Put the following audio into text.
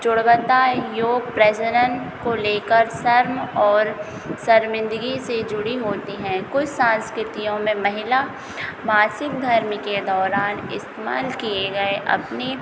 जुड़वता योग प्रजनन को लेकर शर्म और शर्मिंदगी से जुड़ी होती हैं कोई सस्कृतियों में महिला मासिक धर्म के दौरान इस्तेमाल किए गए अपने